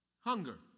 Hunger